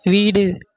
வீடு